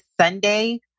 Sunday